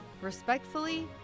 Respectfully